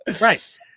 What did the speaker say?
Right